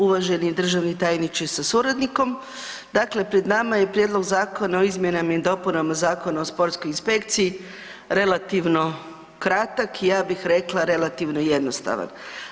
Uvaženi državni tajniče sa suradnikom, dakle pred nama je Prijedlog Zakona o izmjenama i dopunama Zakona o sportskoj inspekciji relativno kratak i ja bih rekla relativno jednostavan.